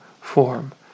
form